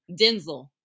Denzel